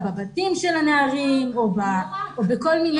בבתים של הנערים או בכל מיני פתרונות אד הוק.